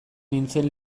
nintzen